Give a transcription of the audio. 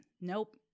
Nope